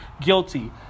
guilty